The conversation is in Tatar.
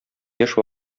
яшь